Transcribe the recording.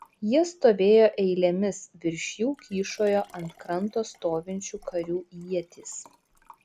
jie stovėjo eilėmis virš jų kyšojo ant kranto stovinčių karių ietys